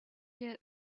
get